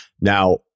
Now